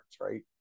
right